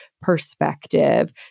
perspective